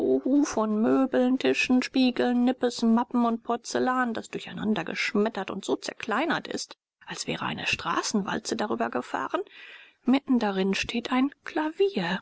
von möbeln tischen spiegeln nippes mappen und porzellan das durcheinander geschmettert und so zerkleinert ist als wäre eine straßenwalze darüber gefahren mitten drin steht ein klavier